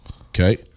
Okay